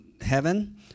heaven